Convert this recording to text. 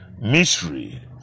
mystery